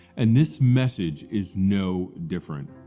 and this message is no different.